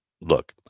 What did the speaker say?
look